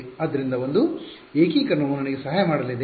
ಆದ್ದರಿಂದ ಒಂದು ಏಕೀಕರಣವು ನನಗೆ ಸಹಾಯ ಮಾಡಲಿದೆ